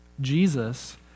Jesus